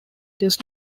does